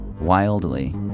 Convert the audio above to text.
Wildly